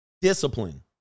Discipline